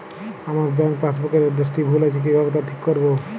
আমার bank passbook এর এড্রেসটি ভুল আছে কিভাবে তা ঠিক করবো?